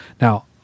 Now